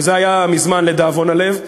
וזה היה מזמן, לדאבון הלב.